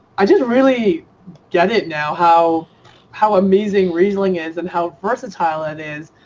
i just really get it now how how amazing riesling is and how versatile it is.